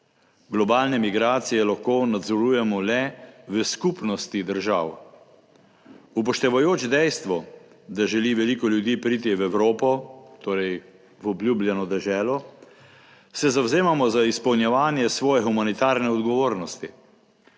globalne migracije lahko nadzorujemo le v skupnosti držav. Upoštevajoč dejstvo, da želi veliko ljudi priti v Evropo, torej v obljubljeno deželo, se zavzemamo za izpolnjevanje svoje humanitarne odgovornosti.